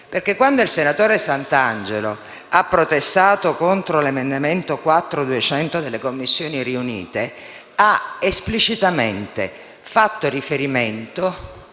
Quando infatti il senatore Santangelo ha protestato contro l'emendamento 4.200 delle Commissioni riunite ha esplicitamente fatto riferimento